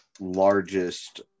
largest